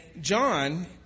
John